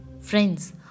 friends